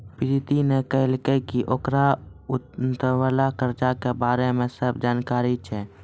प्रीति ने कहलकै की ओकरा उत्तोलन कर्जा के बारे मे सब जानकारी छै